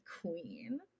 queen